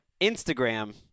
Instagram